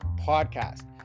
podcast